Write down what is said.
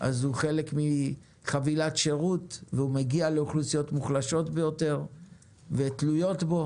אז הוא חלק מחבילת שירות שמגיע לאוכלוסיות מוחלשות ביותר שתלויות בו